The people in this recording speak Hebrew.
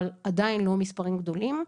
אבל עדיין לא מספרים גדולים.